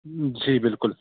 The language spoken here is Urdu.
جی بالکل